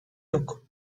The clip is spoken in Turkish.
yok